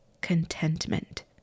contentment